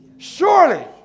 Surely